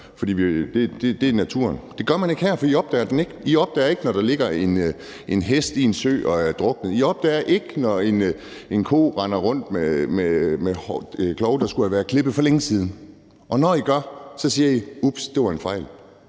det er naturen. Det gør man ikke her, for I opdager den ikke. I opdager det ikke, når der ligger en hest i en sø og er druknet. I opdager det ikke, når en ko render rundt med klove, der skulle have været klippet for længe siden. Og når I gør, så siger I: Ups, det var en fejl.